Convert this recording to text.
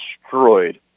destroyed